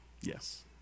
Yes